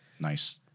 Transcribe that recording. Nice